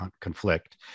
conflict